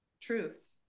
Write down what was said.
truth